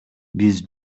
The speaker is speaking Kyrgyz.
биз